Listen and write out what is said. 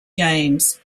games